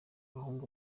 bahunga